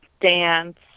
dance